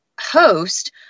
host